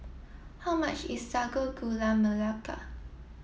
how much is Sago Gula Melaka